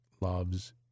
loves